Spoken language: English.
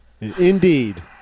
Indeed